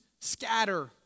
scatter